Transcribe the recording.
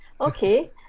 Okay